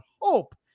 Hope